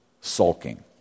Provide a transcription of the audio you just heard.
sulking